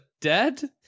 dead